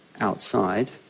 outside